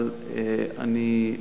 אבל אני,